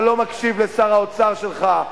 אתה לא מקשיב לשר האוצר שלך,